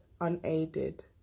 unaided